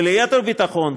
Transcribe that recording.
וליתר ביטחון,